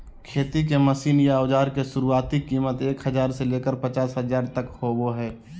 खेती के मशीन या औजार के शुरुआती कीमत एक हजार से लेकर पचास हजार तक होबो हय